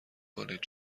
کنید